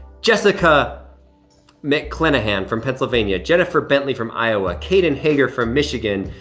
jessica mcclenahan from pennsylvania, jennifer bentley from iowa, caden hager from michigan,